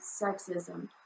sexism